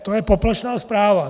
To je poplašná zpráva.